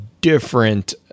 different